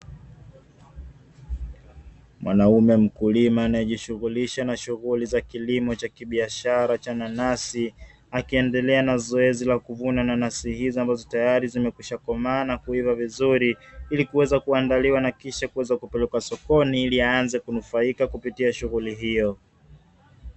Mwanaume mkulima anayejishughulisha na shughuli za kilimo cha kibiashara cha nanasi, akiendelea na zoezi la kuvuna na nanasi hizo ambazo zitayari zimekwishakomaa na kuiva vizuri, ili kuweza kuandaliwa na kisha kuweza kupelekwa sokoni ili aanze kunufaika kupitia shughuli hiyo.